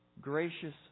gracious